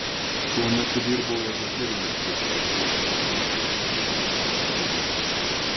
tuo metu dirbau ezoterinės literatūros leidyklos knygyno maketuotoju